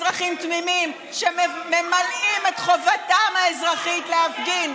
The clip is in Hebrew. אזרחים תמימים שממלאים את חובתם האזרחית להפגין,